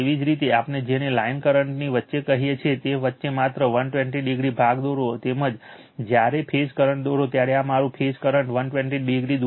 એવી જ રીતે આપણે જેને લાઇન કરંટની વચ્ચે કહીએ છીએ તેની વચ્ચે માત્ર 120o ભાગ દોરો તેમજ જ્યારે ફેઝ કરંટ દોરો ત્યારે આ તમામ ફેઝ કરંટ 120o દૂર છે